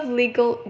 legal